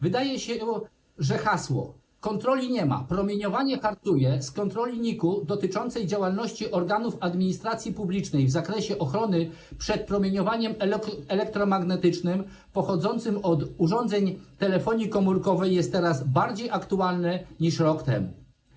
Wydaje się, że hasło: kontroli nie ma, promieniowanie hartuje - z kontroli NIK-u dotyczącej działalności organów administracji publicznej w zakresie ochrony przed promieniowaniem elektromagnetycznym pochodzącym od urządzeń telefonii komórkowej - jest teraz bardziej aktualne niż rok temu.